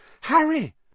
Harry